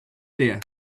there